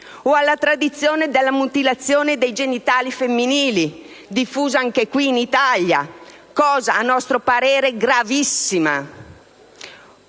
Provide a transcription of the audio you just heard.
O alla tradizione della mutilazione dei genitali femminili, diffusa anche qui in Italia, cosa a nostro parere gravissima.